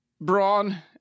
brawn